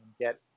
get